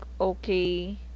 okay